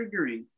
triggering